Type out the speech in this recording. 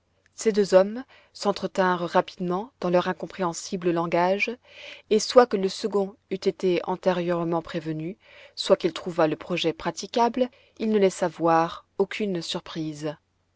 ces deux hommes s'entretinrent rapidement dans leur incompréhensible langage et soit que le second eût été antérieurement prévenu soit qu'il trouvât le projet praticable il ne laissa voir aucune surprise